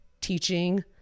teaching